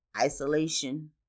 isolation